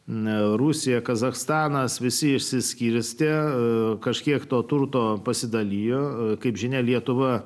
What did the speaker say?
na rusija kazachstanas visi išsiskirstė kažkiek to turto pasidalijo kaip žinia lietuva